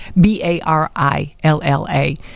B-A-R-I-L-L-A